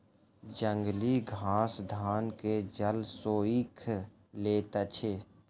जंगली घास धान के जल सोइख लैत अछि